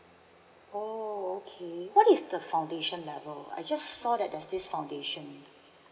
oh okay what is the foundation level I just saw that there's this foundation